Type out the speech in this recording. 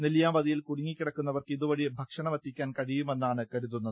നെല്ലിയാമ്പതിയിൽ കുടു ങ്ങിക്കിടക്കുന്നവർക്ക് ഇതുവഴി ഭക്ഷണമെത്തിക്കാൻ കഴിയുമെന്നാണ് കരു തുന്നത്